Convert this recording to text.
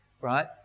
right